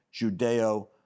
Judeo